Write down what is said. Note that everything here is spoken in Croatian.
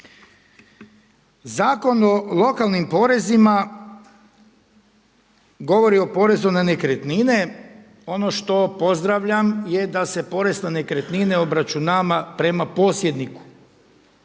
Zakon o lokalnim porezima govori o porezu na nekretnine, ono što pozdravljam je da se porez na nekretnine obračunava prema posjedniku.